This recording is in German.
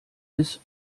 bis